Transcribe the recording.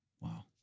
Wow